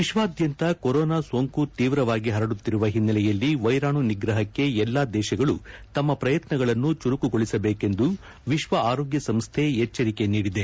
ವಿಶ್ವಾದ್ಯಂತ ಕೊರೋನಾ ಸೋಂಕು ತೀವ್ರವಾಗಿ ಹರಡುತ್ತಿರುವ ಹಿನ್ನೆಲೆಯಲ್ಲಿ ವೈರಾಣು ನಿಗ್ರಹಕ್ಕೆ ಎಲ್ಲಾ ದೇಶಗಳು ತಮ್ಮ ಪ್ರಯತ್ನಗಳನ್ನು ಚುರುಕುಗೊಳಿಸಬೇಕೆಂದು ವಿಶ್ವ ಆರೋಗ್ಯ ಸಂಸ್ಥೆ ಎಚ್ವರಿಕೆ ನೀಡಿದೆ